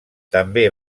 també